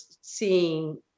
seeing